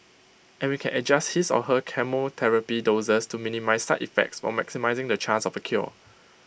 and we can adjust his or her chemotherapy doses to minimise side effects while maximising the chance of A cure